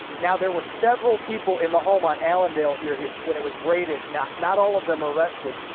now, there were several people in the home on allendale here here when it was raided. not not all of them arrested.